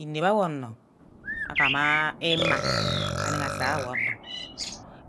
Inep awor anor agama ima anege asawor onor,